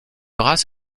race